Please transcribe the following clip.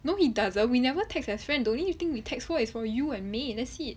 no he doesn't we never text as friend the only thing will text for is for you and may that's it